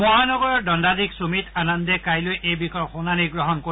মহানগৰ দণ্ডাধীশ সুমিত আনন্দে কাইলৈ এই বিষয়ৰ শুনানি গ্ৰহণ কৰিব